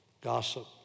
Gossip